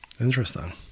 Interesting